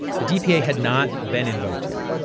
the dpa had not been invoked yet.